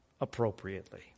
appropriately